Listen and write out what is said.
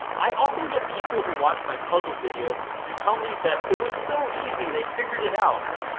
i often get people who watch my puzzle videos and tell me that it was so easy, they figured it out.